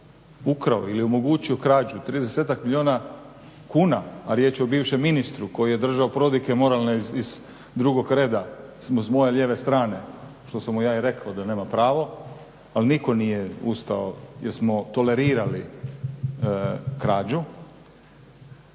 ukrao ili omogućio krađu 30-ak milijuna kuna, a riječ je o bivšem ministru koji je držao prodike moralne iz drugog reda s moje lijeve strane, što sam mu ja i rekao da nema pravo, ali nitko nije ustao jer smo tolerirali krađu,